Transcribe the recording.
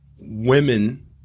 Women